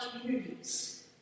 communities